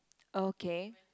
okay